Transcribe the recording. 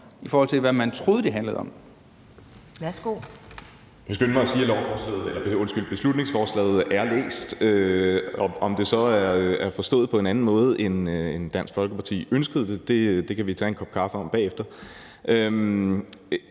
Værsgo. Kl. 12:25 Brian Bressendorff (S): Jeg vil skynde mig at sige, at beslutningsforslaget er læst. Om det så er forstået på en anden måde, end Dansk Folkeparti ønskede det, kan vi tage en kop kaffe over bagefter.